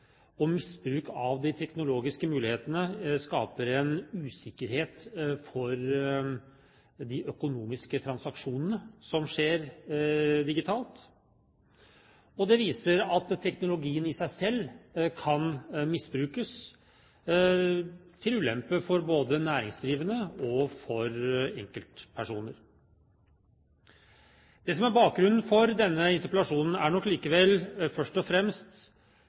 og misbruk av de teknologiske mulighetene skaper usikkerhet for de økonomiske transaksjonene som skjer digitalt. Det viser at teknologien i seg selv kan misbrukes til ulempe for både næringsdrivende og for enkeltpersoner. Det som er bakgrunnen for denne interpellasjonen, er nok likevel først og fremst